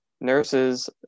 nurses